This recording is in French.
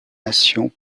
nations